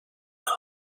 قهوه